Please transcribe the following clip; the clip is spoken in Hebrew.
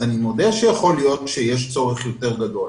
אז אני מודה שיכול להיות שיש צורך יותר גדול,